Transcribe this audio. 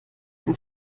mein